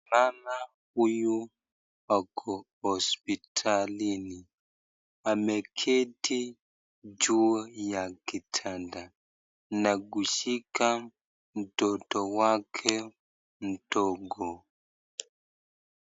Mama huyu ako hospitalini ameketi juu ya kitanda na kushika mtoto wake mdogo.